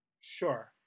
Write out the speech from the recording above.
Sure